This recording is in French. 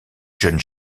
jeune